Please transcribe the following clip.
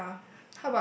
ya